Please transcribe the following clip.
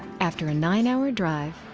after a nine hour drive,